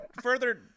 further